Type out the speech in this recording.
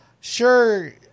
sure –